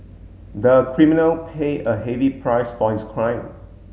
the criminal paid a heavy price for his crime